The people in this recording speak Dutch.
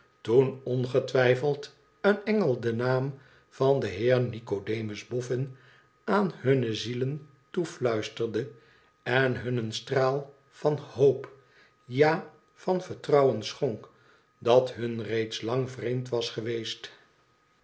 toen ongetwijfeld een engel den n iam van den heer nicodemus boffin aan bmme zielen toefluisterde en him een straal van hoop ja van vertrouwen schonk dat hun reeds lang vreemd was geweest